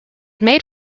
made